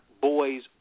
boys